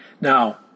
Now